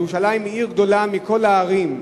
ירושלים היא עיר גדולה מכל הערים,